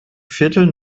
viertel